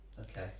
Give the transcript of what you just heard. okay